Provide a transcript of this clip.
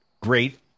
great